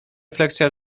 refleksja